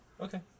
Okay